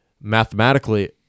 mathematically